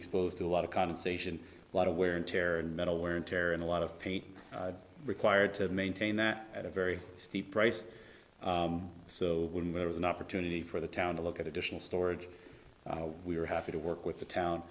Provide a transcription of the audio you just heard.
exposed to a lot of condensation a lot of wear and tear and metal wear and tear and a lot of pain required to maintain that at a very steep price so when there was an opportunity for the town to look at additional storage we were happy to work with t